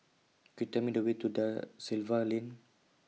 Could YOU Tell Me The Way to DA Silva Lane